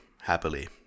happily